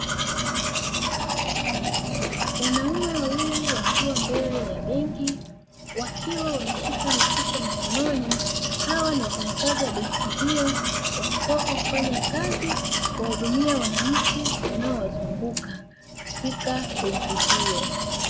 Wanaume wawili wakiwa mbele ya benki wakiwa wameshika mifuko mikononi hawa ni wafanyakazi wa benki hiyo wakitoka kufanya kazi kuwahudumia wananchi wanaowazunguka katika benki hiyo.